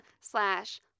slash